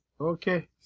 Okay